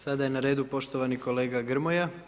Sada je redu poštovani kolega Grmoja.